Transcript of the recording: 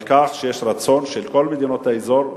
על כך שיש רצון של כל מדינות האזור,